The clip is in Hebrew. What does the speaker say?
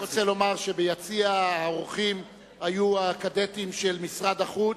אני רק רוצה לומר שביציע האורחים היו הקדטים של משרד החוץ.